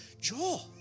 Joel